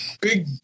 big